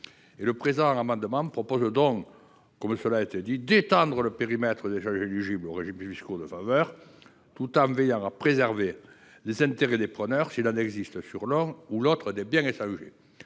Le présent amendement vise donc à étendre le périmètre des échanges éligibles aux régimes fiscaux de faveur, tout en veillant à préserver les intérêts des preneurs s’il en existe sur l’un ou l’autre des biens échangés.